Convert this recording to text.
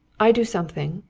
i do something,